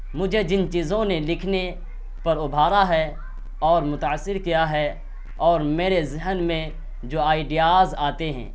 مجھے جن چیزوں نے لکھنے پر ابھارا ہے اور متأثر کیا ہے اور میرے ذہن میں جو آئیڈیاز آتے ہیں